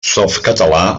softcatalà